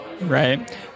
right